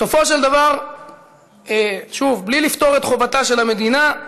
בסופו של דבר, שוב, בלי לפטור את המדינה מחובתה,